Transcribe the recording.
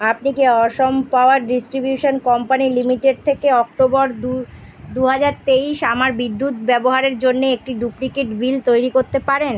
আপনি কি Assam power distribution company limited থেকে অক্টোবর দু দু হাজার তেইশ আমার বিদ্যুৎ ব্যবহারের জন্যে একটি ডুপ্লিকেট বিল তৈরি করতে পারেন